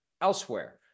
elsewhere